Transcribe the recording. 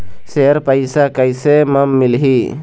Share पैसा कैसे म मिलही?